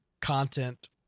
content